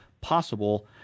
possible